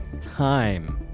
time